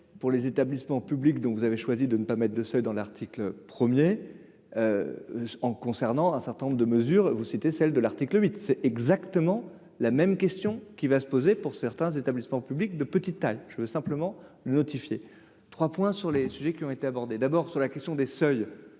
pour les établissements publics, dont vous avez choisi de ne pas mettre de ce dans l'article 1er en concernant un certain nombre de mesures vous c'était celle de l'article 8 c'est exactement la même question qui va se poser pour certains établissements publics de petite taille, je veux simplement notifié 3 points sur les sujets qui ont été abordés, d'abord sur la question des seuils,